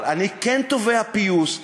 אבל אני כן תובע פיוס,